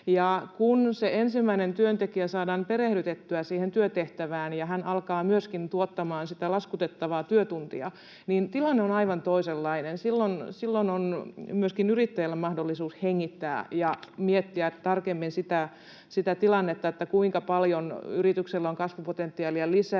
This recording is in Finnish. Kun se ensimmäinen työntekijä saadaan perehdytettyä siihen työtehtävään ja hän alkaa myöskin tuottamaan sitä laskutettavaa työtuntia, niin tilanne on aivan toisenlainen. Silloin on myöskin yrittäjällä mahdollisuus hengittää ja miettiä tarkemmin sitä tilannetta, kuinka paljon yrityksellä on kasvupotentiaalia lisää